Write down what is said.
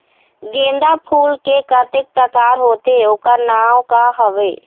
गेंदा फूल के कतेक प्रकार होथे ओकर नाम का हवे?